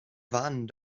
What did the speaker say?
warnen